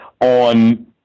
on